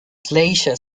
glacier